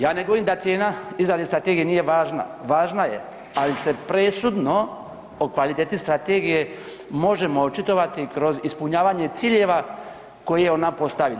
Ja ne govorim da cijena izrade strategije nije važna, važna je ali se presudno o kvaliteti strategije možemo očitovati kroz ispunjavanje ciljeva koje je ona postavila.